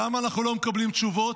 למה אנחנו לא מקבלים תשובות?